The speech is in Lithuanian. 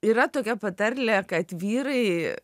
yra tokia patarlė kad vyrai